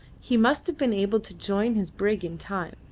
he must have been able to join his brig in time,